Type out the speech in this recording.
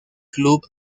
club